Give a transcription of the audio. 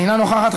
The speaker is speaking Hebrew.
אינה נוכחת,